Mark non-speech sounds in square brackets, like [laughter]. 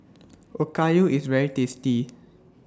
Okayu IS very tasty [noise]